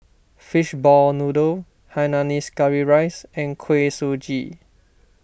Fishball Noodle Hainanese Curry Rice and Kuih Suji